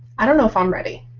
i don't know if i'm ready.